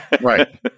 Right